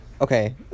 Okay